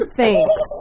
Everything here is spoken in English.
Thanks